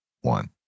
one